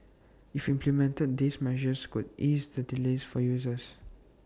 if implemented these measures could ease the delays for users